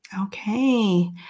Okay